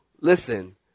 listen